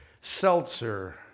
seltzer